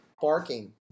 barking